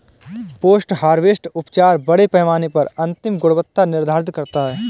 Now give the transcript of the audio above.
post harvest उपचार बड़े पैमाने पर अंतिम गुणवत्ता निर्धारित करता है